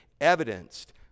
evidenced